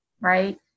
right